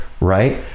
right